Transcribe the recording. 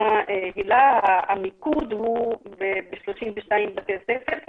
המיקוד הוא ב-32 בתי ספר.